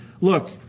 Look